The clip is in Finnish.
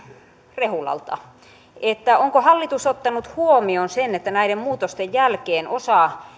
rehulalta onko hallitus ottanut huomioon sen että näiden muutosten jälkeen osa